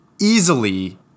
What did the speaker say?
easily